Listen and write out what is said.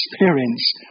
experience